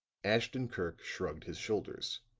ashton-kirk shrugged his shoulders.